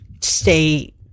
stay